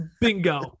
Bingo